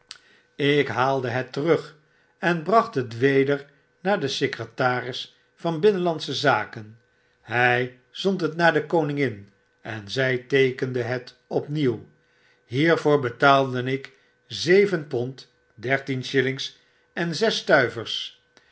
ik haalde het terug en bracht het weder naar den secretaris van binnenlandsche zaken hy zond het naar de koningin en zy teekende het opnieuw hiervoor betaalde ik zeven pond dertien shillings en zes stuivers